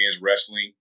wrestling